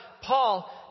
Paul